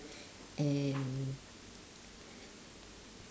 and